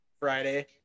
Friday